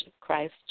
Christ